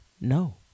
No